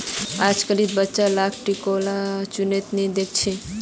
अजकालितेर बच्चा लाक टिकोला चुन त नी दख छि